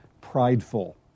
prideful